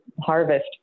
harvest